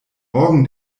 morgen